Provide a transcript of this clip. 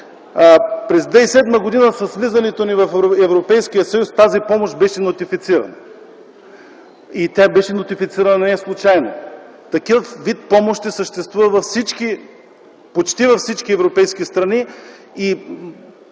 През 2007 г. с влизането ни в Европейския съюз тази помощ беше нотифицирана. И тя беше нотифицирана неслучайно - такъв вид помощи съществуват в почти всички европейски страни.